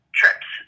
trips